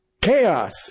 chaos